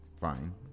fine